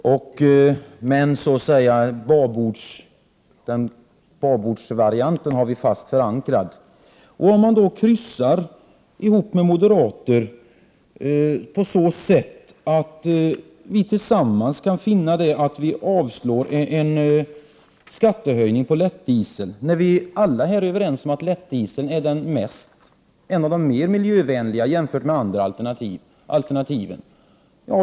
Men babordsvarianten har vi fast förankrad. Om man då kryssar ihop med moderaterna på så sätt att vi tillsammans kan finna att det går att avslå en skattehöjning på lättdiesel är det ju bra. Vi alla är ju överens om att lättdieseln är något av det mest miljövänliga jämfört med andra alternativ.